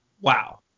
Wow